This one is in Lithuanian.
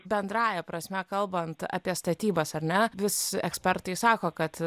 bendrąja prasme kalbant apie statybas ar ne vis ekspertai sako kad